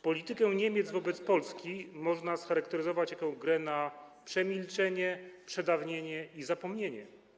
Politykę Niemiec wobec Polski można scharakteryzować jako grę na przemilczenie, przedawnienie i zapomnienie.